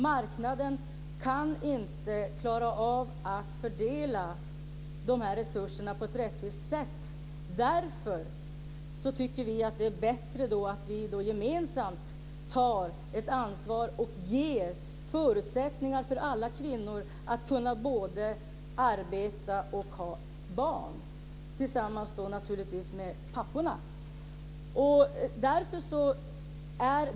Marknaden kan inte klara av att fördela resurserna på ett rättvist sätt. Därför tycker vi att det är bättre att vi gemensamt tar ett ansvar och ger förutsättningar för alla kvinnor att kunna både arbeta och ha barn, och då naturligtvis tillsammans med papporna.